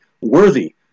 worthy